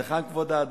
אז היכן כבוד האדם?